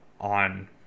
on